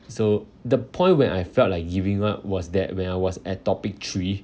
so the point where I felt like giving up was that when I was at topic three